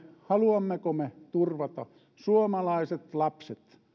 haluammeko me turvata suomalaiset lapset